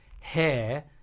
hair